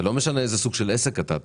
זה לא משנה איזה סוג של עסק אתה אתה